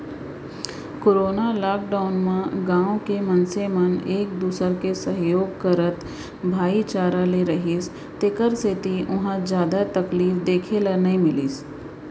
corona lockdown म गाँव के मनसे मन एक दूसर के सहयोग करत भाईचारा ले रिहिस तेखर सेती उहाँ जादा तकलीफ देखे ल नइ मिलिस